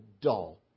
dull